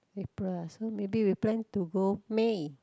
April ah so maybe we plan to go May